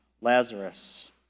Lazarus